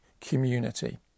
community